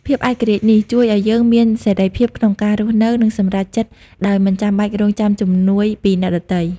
ភាពឯករាជ្យនេះ ជួយឲ្យយើងមានសេរីភាពក្នុងការរស់នៅ និងសម្រេចចិត្តដោយមិនចាំបាច់រង់ចាំជំនួយពីអ្នកដទៃ។